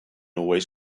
always